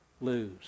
lose